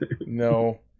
No